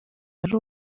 yari